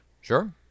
Sure